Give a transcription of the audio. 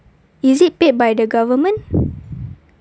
is it paid by the government